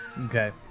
Okay